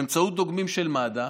באמצעות דוגמים של מד"א,